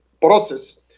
process